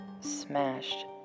smashed